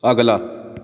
ਅਗਲਾ